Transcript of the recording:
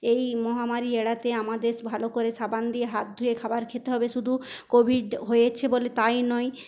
এই মহামারি এড়াতে আমাদের ভালো করে সাবান দিয়ে হাত ধুয়ে খাবার খেতে হবে শুধু কোভিড হয়েছে বলে তাই নয়